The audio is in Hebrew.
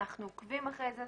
אנחנו עוקבים אחרי זה.